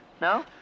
No